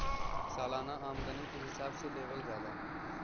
सालाना आमदनी के हिसाब से लेवल जाला